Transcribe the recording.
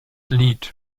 lied